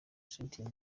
cynthia